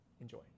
enjoy